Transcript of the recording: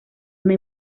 una